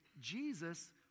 Jesus